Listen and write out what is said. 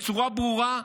בצורה ברורה,